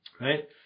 right